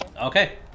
Okay